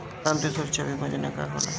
प्रधानमंत्री सुरक्षा बीमा योजना का होला?